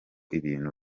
ibintu